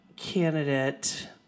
candidate